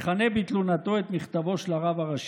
לדאבון הלב,